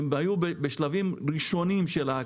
הם היו בשלבים ראשונים של ההקמה.